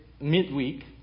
midweek